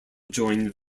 joined